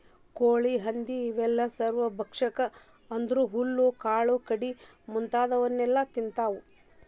ಕೋಳಿ ಹಂದಿ ಇವೆಲ್ಲ ಸರ್ವಭಕ್ಷಕ ಅಂದ್ರ ಹುಲ್ಲು ಕಾಳು ಕಡಿ ಮುಂತಾದವನ್ನೆಲ ತಿಂತಾವ